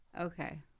Okay